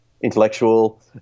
intellectual